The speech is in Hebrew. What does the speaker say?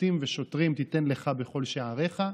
"שֹׁפטים ושֹׁטרים תתן לך בכל שעריך".